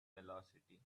velocity